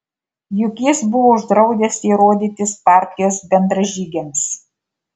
juk jis buvo uždraudęs jai rodytis partijos bendražygiams